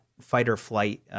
fight-or-flight